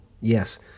yes